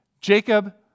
Jacob